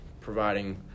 providing